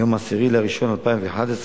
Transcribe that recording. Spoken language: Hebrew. ביום 10 בינואר 2011: